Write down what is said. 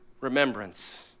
Remembrance